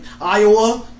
Iowa